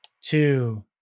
two